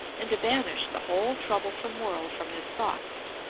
and to banish the whole troublesome world from his thoughts,